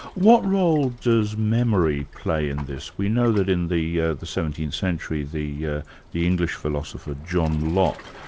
what role does memory play in this? we know that in the yeah the seventeenth century the yeah the english philosopher, john locke,